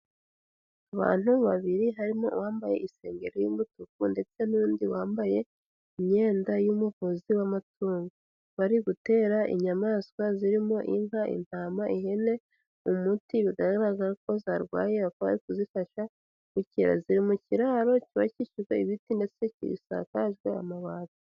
Abantu babiri harimo uwambaye isengeri y'umutuku ndetse n'uwundi wambaye imyenda y'umuvuzi w'amatungo, bari gutera inyamaswa zirimo inka, intama, ihene, umuti bigaragaza ko zarwaye bakaba bari kuzifasha gukira, ziri mu kiraro cyubakishijwe ibiti ndetse gisakajwe amabati.